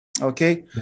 Okay